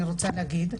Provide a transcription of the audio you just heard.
אני רוצה להגיד,